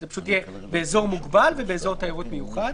זה יהיה באזור מוגבל ובאזור תיירות מיוחד.